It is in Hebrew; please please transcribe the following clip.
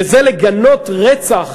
וזה לגנות רצח